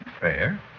Fair